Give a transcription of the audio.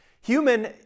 Human